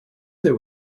there